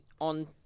on